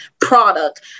product